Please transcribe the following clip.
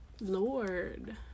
Lord